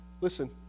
Listen